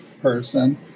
person